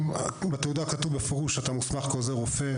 בתעודה כתוב בפירוש שאתה מוסמך כעוזר רופא,